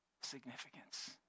significance